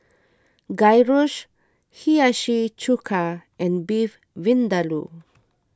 Gyros Hiyashi Chuka and Beef Vindaloo